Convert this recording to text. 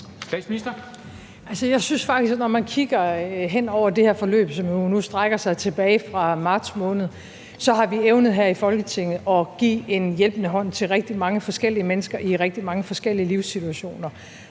Altså, jeg synes faktisk, at når man kigger hen over det her forløb, som nu strækker sig tilbage til marts måned, så har vi her i Folketinget evnet at give en hjælpende hånd til rigtig mange forskellige mennesker i rigtig mange forskellige livssituationer.